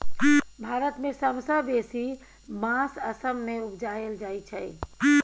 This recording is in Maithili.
भारत मे सबसँ बेसी बाँस असम मे उपजाएल जाइ छै